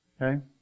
Okay